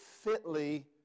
fitly